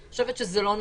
אני חושבת שזה לא נכון.